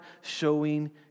showing